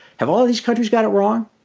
have all these countries got it wrong?